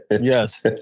yes